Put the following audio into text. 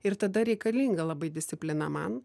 ir tada reikalinga labai disciplina man